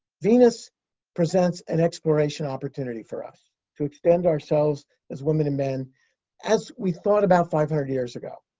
venus presents an exploration opportunity for us to extend ourselves as women and men as we thought about five hundred years ago.